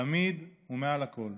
תמיד ומעל הכול.